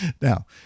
Now